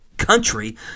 country